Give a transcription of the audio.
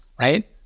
right